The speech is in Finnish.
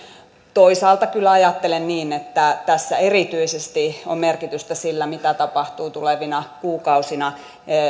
toisaalta kyllä ajattelen niin että tässä erityisesti on merkitystä sillä mitä tapahtuu tulevina kuukausina